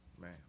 man